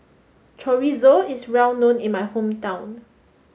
Chorizo is well known in my hometown